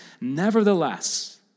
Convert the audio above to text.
Nevertheless